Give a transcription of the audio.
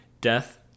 death